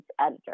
editor